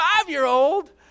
Five-year-old